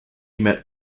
met